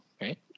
right